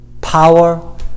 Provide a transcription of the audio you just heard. Power